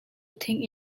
thing